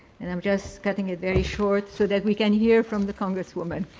and i'm just cutting it very short so that we can hear from the congresswoman.